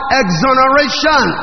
exoneration